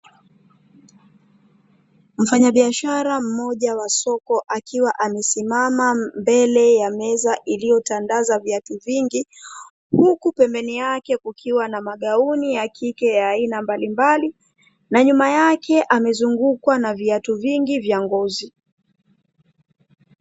Mfanyabiashara mmoja wa soko akiwa amesimama mbele ya meza iliyotandaza viatu vingi, huku pembeni yake kukiwa na magauni ya kike ya aina mbalimbali, na nyuma yake amezungukwa na viatu vingi vya ngozi.